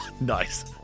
Nice